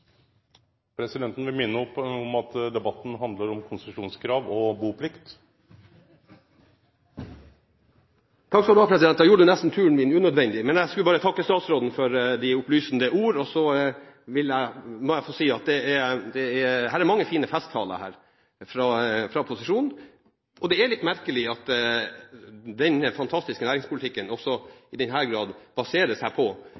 presidenten vil minne om at debatten handlar om konsesjonskrav og buplikt. Det gjorde nesten turen min opp hit unødvendig, men jeg skulle bare takke statsråden for de opplysende ord. Og så må jeg få si at her er mange fine festtaler fra posisjonen. Det er litt merkelig at denne «fantastiske» næringspolitikken også i den grad baserer seg på